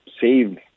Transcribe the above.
save